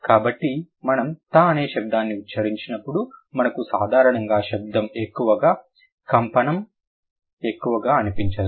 కాబట్టి మనం థా అనే శబ్దాన్ని ఉచ్చరించినప్పుడు మనకు సాధారణంగా శబ్దం ఎక్కువ లేదా కంపనం ఎక్కువగా అనిపించదు